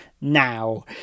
now